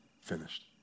finished